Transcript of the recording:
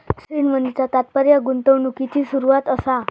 seed मनीचा तात्पर्य गुंतवणुकिची सुरवात असा